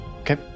Okay